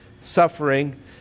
suffering